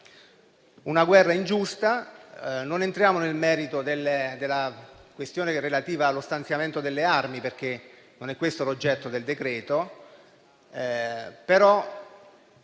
una guerra ingiusta. Non entriamo nel merito della questione relativa allo stanziamento delle armi, perché non è questo l'oggetto del provvedimento